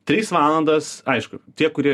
tris valandas aišku tie kurie